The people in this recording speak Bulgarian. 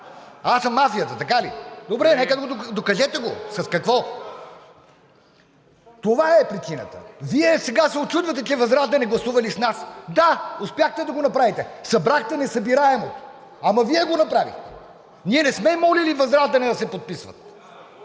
Аз съм мафията, така ли? Добре, докажете го! С какво? Това е причината. Вие сега се учудвате, че ВЪЗРАЖДАНЕ гласували с нас. Да, успяхте да го направите – събрахте несъбираемо. Ама Вие го направихте! Ние не сме молили ВЪЗРАЖДАНЕ да се подписват,